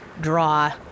draw